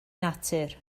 natur